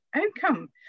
outcome